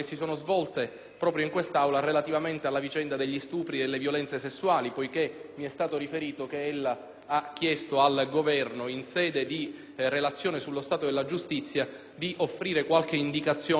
proprio in questa sede relativamente alla vicenda degli stupri e delle violenze sessuali poiché mi è stato riferito che ella ha chiesto al Governo, in sede di relazione sullo stato della giustizia, di offrire qualche indicazione concreta.